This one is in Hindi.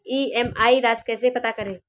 ई.एम.आई राशि कैसे पता करें?